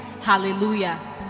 Hallelujah